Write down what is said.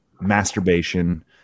masturbation